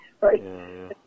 right